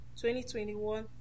2021